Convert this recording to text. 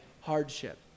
hardship